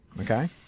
Okay